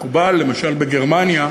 מקובל, למשל בגרמניה,